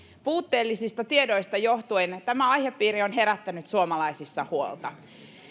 puutteellisista tiedoista johtuen tämä aihepiiri on herättänyt suomalaisissa huolta